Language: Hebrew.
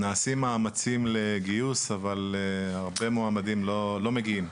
נעשים מאמצים לגיוס, אבל הרבה מועמדים לא מגיעים.